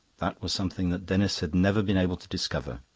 that was something that denis had never been able to discover.